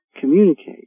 communicate